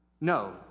no